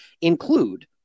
include